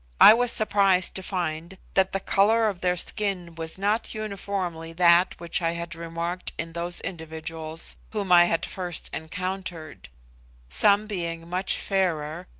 i was surprised to find that the colour of their skin was not uniformly that which i had remarked in those individuals whom i had first encountered some being much fairer,